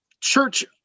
church